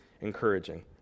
encouraging